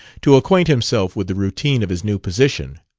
to acquaint himself with the routine of his new position.